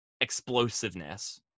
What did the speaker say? explosiveness